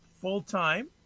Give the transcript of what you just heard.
full-time